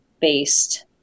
based